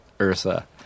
Ursa